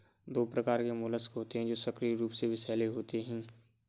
दो प्रकार के मोलस्क होते हैं जो सक्रिय रूप से विषैले होते हैं